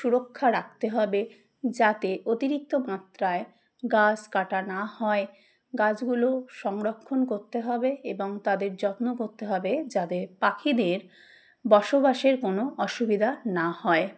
সুরক্ষা রাখতে হবে যাতে অতিরিক্ত মাত্রায় গাছ কাটা না হয় গাছগুলো সংরক্ষণ করতে হবে এবং তাদের যত্ন করতে হবে যাদের পাখিদের বসবাসের কোনো অসুবিধা না হয়